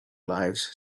lives